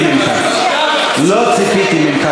לא ציפיתי ממך.